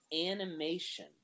animation